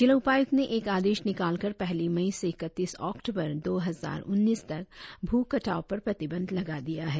जिला उपायुक्त ने एक आदेश निकालकर पहली मई से इकत्तीस अक्टूबर दो हजार उन्नीस तक भु कटाव पर प्रतिबंध लगा दिया है